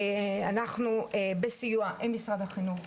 אנחנו בסיוע עם משרד החינוך,